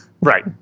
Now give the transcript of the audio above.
Right